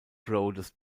broadest